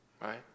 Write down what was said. Right